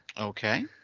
Okay